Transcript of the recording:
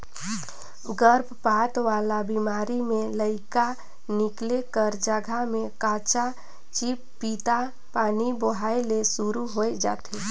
गरभपात वाला बेमारी में लइका निकले कर जघा में कंचा चिपपिता पानी बोहाए ले सुरु होय जाथे